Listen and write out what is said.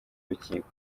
rukiko